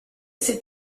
ses